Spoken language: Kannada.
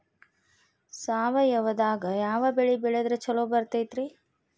ಸಾವಯವದಾಗಾ ಯಾವ ಬೆಳಿ ಬೆಳದ್ರ ಛಲೋ ಬರ್ತೈತ್ರಿ?